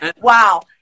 Wow